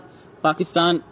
Pakistan